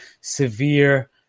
severe